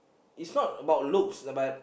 it's not about looks lah but